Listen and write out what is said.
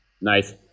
nice